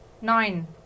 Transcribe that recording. nine